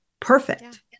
perfect